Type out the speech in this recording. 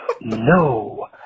no